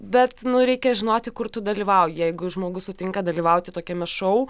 bet nu reikia žinoti kur tu dalyvauji jeigu žmogus sutinka dalyvauti tokiame šou